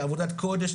עבודת קודש,